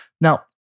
Now